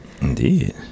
Indeed